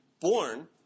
born